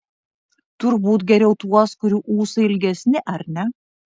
turbūt geriau tuos kurių ūsai ilgesni ar ne